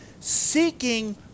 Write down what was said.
seeking